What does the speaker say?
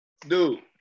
dude